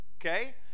okay